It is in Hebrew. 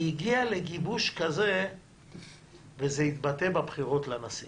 היא הגיעה לגיבוש כזה שזה התבטא בבחירות לנשיא